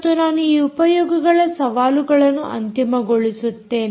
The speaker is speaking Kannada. ಮತ್ತು ನಾನು ಈ ಉಪಯೋಗಗಳ ಸವಾಲುಗಳನ್ನು ಅಂತಿಮಗೊಳಿಸುತ್ತೇನೆ